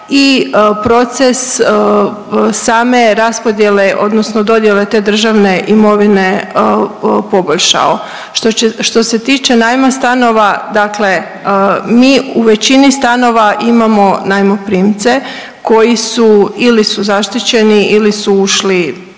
i proces same raspodjele odnosno dodjele te državne imovine poboljšao. Što se tiče najma stanova dakle mi u većini stanova imamo najmoprimce koji su ili su zaštićeni ili su ušli